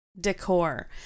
decor